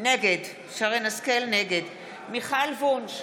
נגד מיכל וונש,